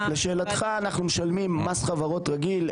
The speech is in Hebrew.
לשאלתך, אנחנו משלמים מס חברות רגיל.